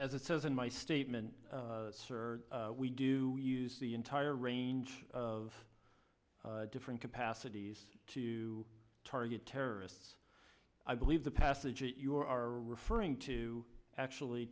as it says in my statement sir we do use the entire range of different capacities to target terrorists i believe the passage that you are referring to actually